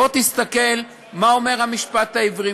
בואו תסתכלו מה אומר המשפט העברי.